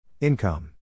Income